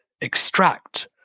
extract